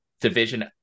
division